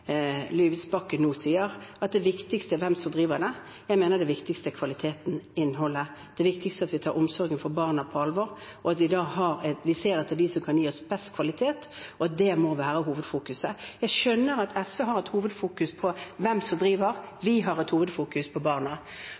sier, at det viktigste er hvem som driver det. Jeg mener det viktigste er kvaliteten og innholdet. Det viktigste er at vi tar omsorgen for barna på alvor. At vi ser på hvem som gir oss best kvalitet, må være hovedfokuset. Jeg skjønner at SVs hovedfokus er hvem som driver. Vårt hovedfokus er barna. Så skal vi altså ha en gjennomgang og se på